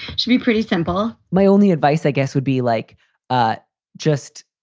should be pretty simple my only advice, i guess, would be like ah just.